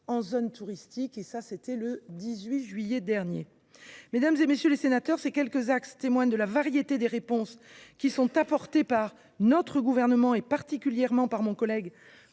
en zones touristiques le 18 juillet dernier. Mesdames, messieurs les sénateurs, ces quelques axes témoignent de la variété des réponses qui sont apportées par notre gouvernement, et particulièrement par mon collègue